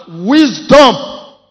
wisdom